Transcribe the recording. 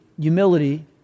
humility